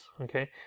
okay